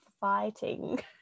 fighting